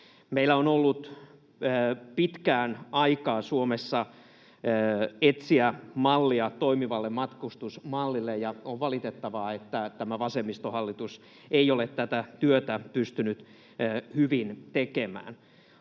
Meillä on ollut pitkään Suomessa aikaa etsiä mallia toimivalle matkustusmallille, ja on valitettavaa, että tämä vasemmistohallitus ei ole tätä työtä pystynyt hyvin tekemään.